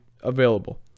available